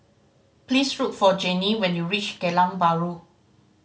please look for Janie when you reach Geylang Bahru